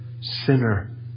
Sinner